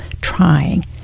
trying